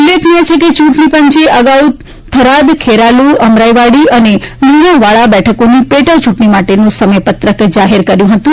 ઉલ્લેખનીય છે કે ચૂંટણી પંચે અગાઉ થરાદ ખેરાલુ અમરાઈવાડી અને લુણાવાડા બેઠકોની પેટા ચૂંટણી માટેનું સમયપત્રક જાહેર કર્યું હતું